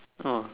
oh